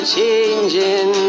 changing